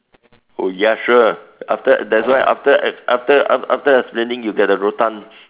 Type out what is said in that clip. oh ya sure after that's why after after after explaining you get a rotan